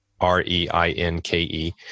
R-E-I-N-K-E